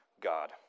God